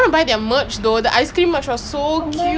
I நாள் பூரா:naal poora I'll be hearing the song lah